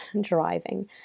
driving